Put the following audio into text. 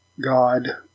God